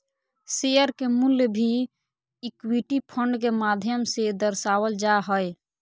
share के मूल्य भी इक्विटी फंड के माध्यम से दर्शावल जा हय